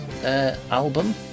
album